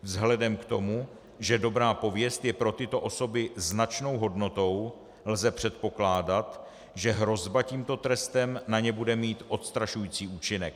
Vzhledem k tomu, že dobrá pověst je pro tyto osoby značnou hodnotou, lze předpokládat, že hrozba tímto trestem na ně bude mít odstrašující účinek.